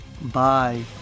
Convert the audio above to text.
Bye